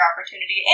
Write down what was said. opportunity